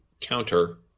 counter